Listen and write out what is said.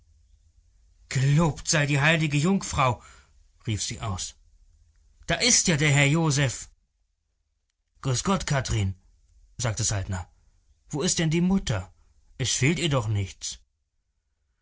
gelobt sei die heilige jungfrau rief sie aus da ist ja der herr josef grüß gott kathrin sagte saltner wo ist denn die mutter es fehlt ihr doch nichts